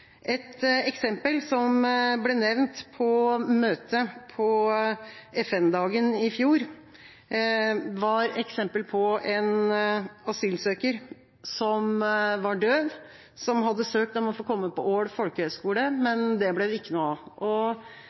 Et eksempel som ble nevnt på møtet på FN-dagen i fjor, var en asylsøker som var døv, som hadde søkt om å få komme på Ål Folkehøgskole, men det ble det ikke noe